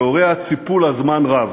שהוריה ציפו לה זמן רב,